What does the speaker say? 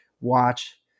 watch